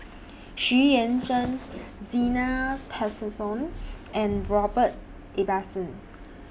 Xu Yuan Zhen Zena Tessensohn and Robert Ibbetson